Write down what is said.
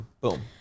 Boom